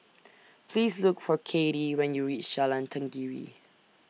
Please Look For Kathey when YOU REACH Jalan Tenggiri